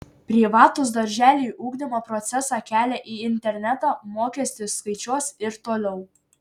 privatūs darželiai ugdymo procesą kelia į internetą mokestį skaičiuos ir toliau